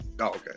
okay